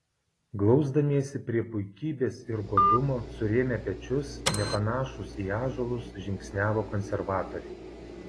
glausdamiesi prie puikybės ir godumo surėmę pečius nepanašūs į ąžuolus žingsniavo konservatoriai